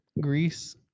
Greece